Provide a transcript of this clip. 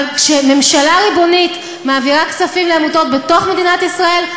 אבל כשממשלה ריבונית מעבירה כספים לעמותות בתוך מדינת ישראל,